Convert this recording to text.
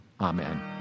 Amen